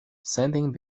sending